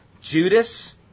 Judas